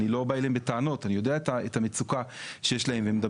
אני לא בא אליהם בטענות אני יודע את המצוקה שיש להם,